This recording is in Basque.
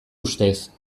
ustez